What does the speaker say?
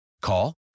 Call